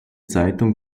zeitung